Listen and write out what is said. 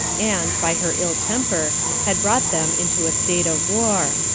and, by her ill temper, had brought them into a state of war,